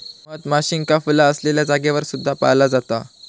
मधमाशींका फुला असलेल्या जागेवर सुद्धा पाळला जाता